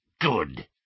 Good